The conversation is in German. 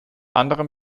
anderen